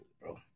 bro